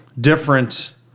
different